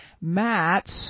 Matt